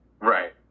Right